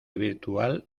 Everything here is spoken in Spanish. virtual